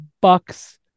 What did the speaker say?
Bucks